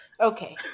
Okay